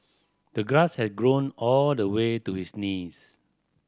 the grass had grown all the way to his knees